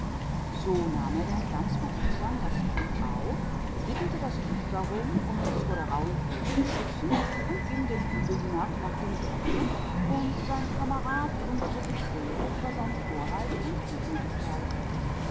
so nahm er das kind ganz zart auf und hüllte das tuch darum um es vor der scharfen kälte zu schützen und ging den hügel hinunter zum dorf und sein gefährte wunderte sich sehr über seine torheit und